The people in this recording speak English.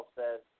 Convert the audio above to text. says